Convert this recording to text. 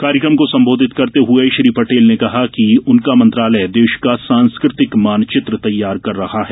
कार्यकम को संबोधित करते हुए श्री पटेल ने कहा कि उनका मंत्रालय देश का सांस्कृतिक मानचित्र तैयार कर रहा है